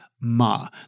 Ma